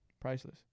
priceless